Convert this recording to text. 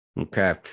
Okay